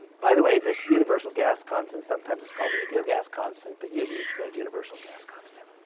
by the way, this universal gas constant sometimes is called the ideal gas constant. but usually it's the universal gas constant.